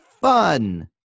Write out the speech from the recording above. fun